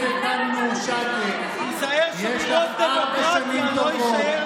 שניסיתם לסתום לנו פיות וניסיתם להעביר